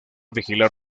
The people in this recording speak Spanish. vigilar